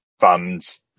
funds